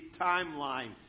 timeline